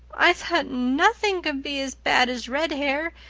i thought nothing could be as bad as red hair.